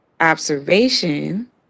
observation